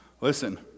Listen